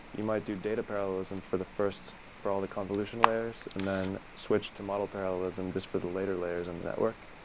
you might do data parallelism for the first for all the convolutional layers and then switch to model parallelism just for the later layers in the network.